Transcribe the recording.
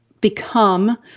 become